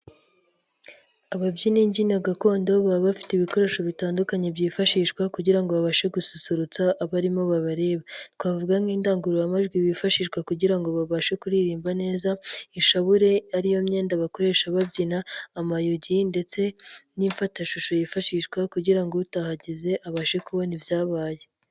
Ababyinyina imbyino gakondo baba bafite ibikoresho bitandukanye byifashishwa kugira ngo babashe gususurutsa abaririmo babareba, twavuga nk'indangururamajwi bifashishwa kugira ngo babashe kuririmba neza, inshabure ari yo myenda bakoresha babyina, amayugi ndetse n'imfatashusho yifashishwa kugira utahageze abashe kubona ibyabaye.